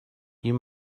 you